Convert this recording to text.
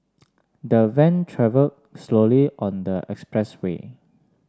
the Van travel slowly on the expressway